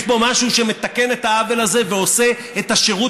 יש פה משהו שמתקן את העוול הזה ועושה את השירות